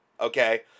Okay